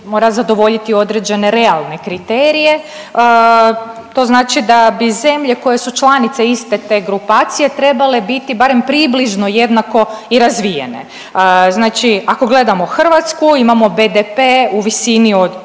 mora zadovoljiti određene realne kriterije. To znači da bi zemlje koje su članice iste te grupacije trebale biti barem približno jednako i razvijene. Znači, ako gledamo Hrvatsku imamo BDP u visini od